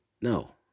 No